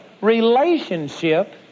relationship